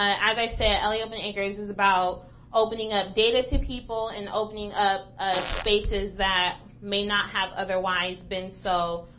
as i said, la open acres is about opening up data to people and opening up ah spaces that may not have otherwise been so,